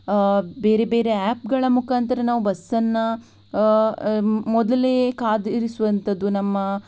ಬೇರೆ ಬೇರೆ ಆ್ಯಪ್ಗಳ ಮುಖಾಂತರ ನಾವು ಬಸ್ಸನ್ನು ಮೊದಲೇ ಕಾದಿರಿಸುವಂಥದ್ದು ನಮ್ಮ